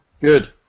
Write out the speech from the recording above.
Good